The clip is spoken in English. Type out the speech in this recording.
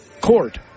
Court